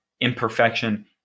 imperfection